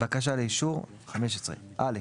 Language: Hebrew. בקשה לאישור 15. (א)